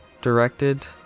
Directed